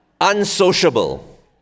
unsociable